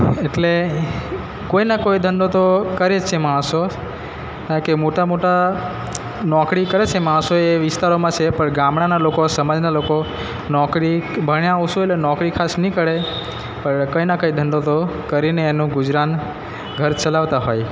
એટલે કોઈના કોઈ ધંધો તો કરે જ છે માણસો કારણ કે મોટા મોટા નોકરી કરે છે માણસો એ વિસ્તારોમાં સે પણ ગામળાના લોકો સમાજના લોકો નોકરી ભણ્યા ઓછું એટલે નોકરી ખાસ નહીં કરે પણ કંઈના કંઈ ધંધો તો કરીને એનું ગુજરાન ઘર ચલાવતા હોય